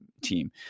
team